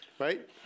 Right